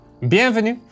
Bienvenue